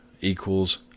equals